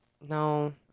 No